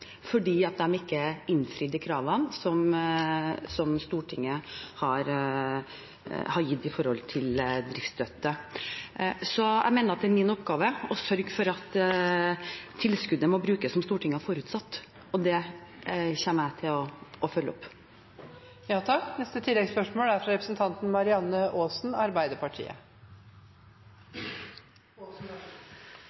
de ikke innfridde kravene som Stortinget har satt når det gjelder driftsstøtte. Jeg mener at det er min oppgave å sørge for at tilskuddet brukes slik som Stortinget har forutsatt. Det kommer jeg til følge opp. Marianne Aasen – til oppfølgingsspørsmål. Nå hører vi at det fra